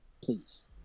please